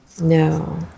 No